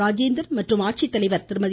ராஜேந்திரன் மற்றும் ஆட்சித்தலைவர் திருமதி